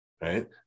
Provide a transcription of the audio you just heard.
Right